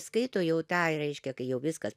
skaito jau tą reiškia kai jau viskas